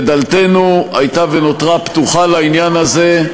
ודלתנו הייתה ונותרה פתוחה לעניין הזה.